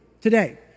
today